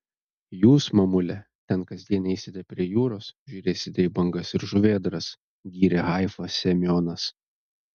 jūs mamule ten kasdien eisite prie jūros žiūrėsite į bangas ir žuvėdras gyrė haifą semionas